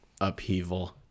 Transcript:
upheaval